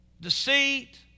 deceit